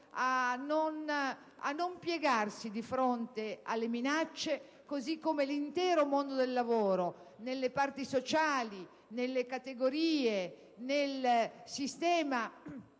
a non piegarsi di fronte alle minacce; così come ci auguriamo che l'intero mondo del lavoro, nelle parti sociali, nelle categorie, nel sistema